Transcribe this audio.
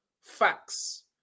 facts